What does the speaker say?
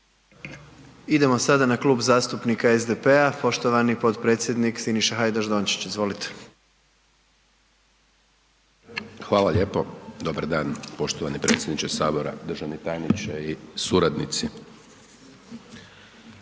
Idemo sada na Klub zastupnika SDP-a poštovani potpredsjednik Siniša Hajdaš Dončić, izvolite. **Hajdaš Dončić, Siniša (SDP)** Hvala lijepo. Dobar dan poštovani predsjedniče HS, državni tajniče i suradnici.